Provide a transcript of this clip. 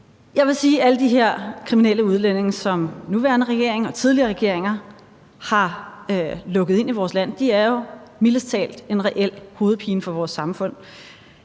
alle de her kriminelle udlændinge, som den nuværende regering og som tidligere regeringer har lukket ind i vores land, jo mildest talt er en reel hovedpine for vores samfund.